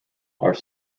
are